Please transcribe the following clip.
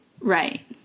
Right